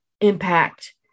impact